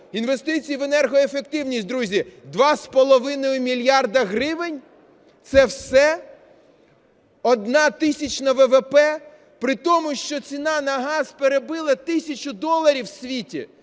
інвестиції в енергоефективність, друзі, 2,5 мільярда гривень? Це все? Одна тисячна ВВП? При тому, що ціна на газ перебила тисячу доларів у світі.